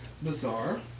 Bizarre